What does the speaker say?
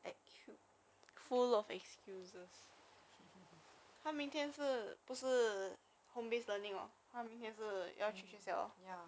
orh today I was writing something and then I accidentally write on my leg